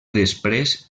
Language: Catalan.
després